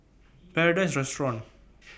Paradise Restaurant